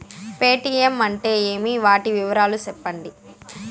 Paytm అంటే ఏమి, వాటి వివరాలు సెప్పండి?